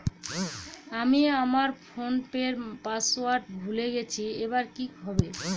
আমি আমার ফোনপের পাসওয়ার্ড ভুলে গেছি এবার কি হবে?